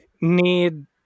need